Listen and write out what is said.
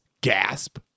Gasp